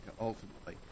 ultimately